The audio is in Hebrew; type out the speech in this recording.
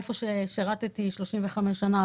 היכן ששירתי במשך 35 שנים,